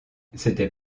c’était